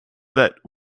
that